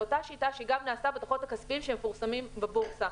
על אותה שיטה שגם נעשתה בדוחות הכספיים שמפורסמים בבורסה.